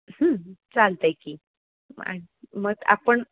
चालतं आहे की मग आपण